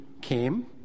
came